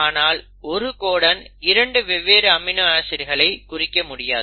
ஆனால் ஒரு கோடன் 2 வெவ்வேறு அமினோ ஆசிட்களை குறிக்க முடியாது